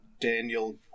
Daniel